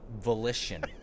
volition